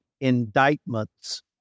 indictments